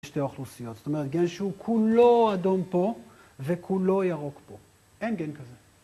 שתי אוכלוסיות, זאת אומרת גן שהוא כולו אדום פה וכולו ירוק פה, אין גן כזה.